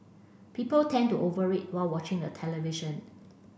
people tend to over eat while watching the television